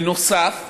בנוסף,